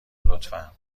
لطفا